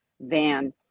van